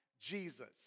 Jesus